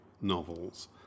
novels